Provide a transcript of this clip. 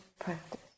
practice